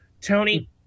Tony